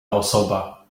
osoba